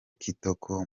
kitoko